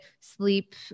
sleep